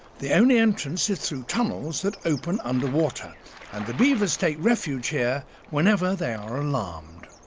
the only entrance is through tunnels that open underwater and the beavers take refuge here whenever they are alarmed.